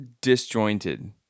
disjointed